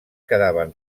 quedaven